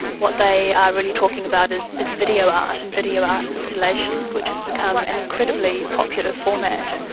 what they are really talking about is is video art and video art installations, which has become an incredibly popular format.